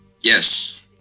Yes